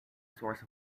source